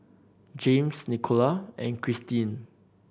Jaymes Nicola and Christeen